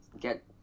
get